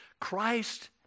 Christ